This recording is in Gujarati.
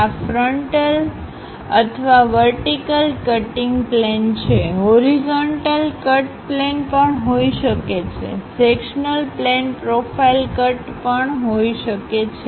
આ ફ્રન્ટલ અથવા વર્ટિકલ કટિંગ પ્લેન છે હોરીઝનટલ કટ પ્લેન પણ હોઇ શકે છે સેક્શનલ પ્લેન પ્રોફાઇલ કટ પણ હોઈ શકે છે